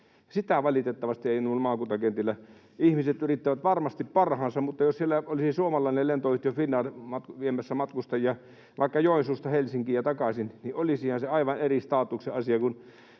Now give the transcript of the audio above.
Sitä valitettavasti ei noilla maakuntakentillä ole. Ihmiset yrittävät varmasti parhaansa, mutta jos siellä olisi suomalainen lentoyhtiö, Finnair, viemässä matkustajia vaikka Joensuusta Helsinkiin ja takaisin, niin olisihan se aivan eri statuksen asia kuin